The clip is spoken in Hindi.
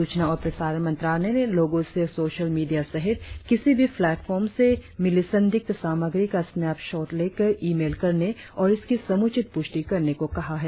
सूचना और प्रसारण मंत्रालय ने लोगों से सोशल मीडिया सहित किसी भी प्लेटफॉर्म से मिली संदिग्ध सामग्री का स्नैपशॉट लेकर ई मेल करने और इसकी समुचित पुष्टि करने को कहा है